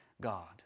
God